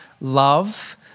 love